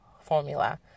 formula